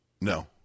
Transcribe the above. No